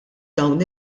dawn